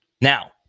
Now